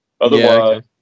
otherwise